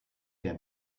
der